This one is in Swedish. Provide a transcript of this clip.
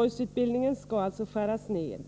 barnomsorgsutbildningen skall skäras ned.